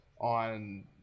on